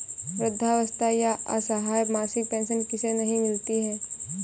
वृद्धावस्था या असहाय मासिक पेंशन किसे नहीं मिलती है?